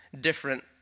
different